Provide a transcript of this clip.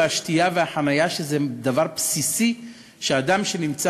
השתייה והחניה הם דבר בסיסי שאדם שנמצא